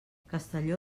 castelló